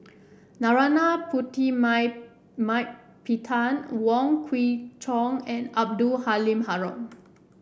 Narana Putumaimaippittan Wong Kwei Cheong and Abdul Halim Haron